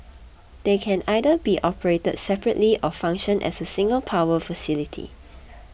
they can either be operated separately or function as a single power facility